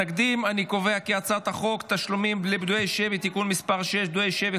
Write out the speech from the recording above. את הצעת חוק תשלומים לפדויי שבי (תיקון מס' 6) (פדויי שבי,